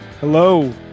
hello